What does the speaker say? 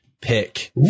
pick